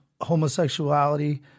homosexuality